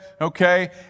Okay